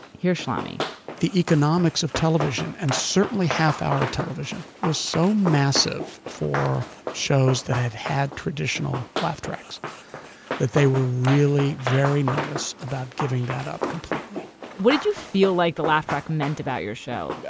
here's schlamme the economics of television, and certainly half-hour television, was so massive for shows that had had traditional laugh tracks that they were really very nervous about giving that up completely what did you feel like the laugh track meant about your show?